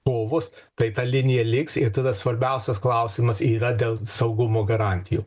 povus tai ta linija liks ir tada svarbiausias klausimas yra dėl saugumo garantijų